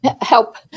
help